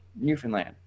Newfoundland